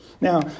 Now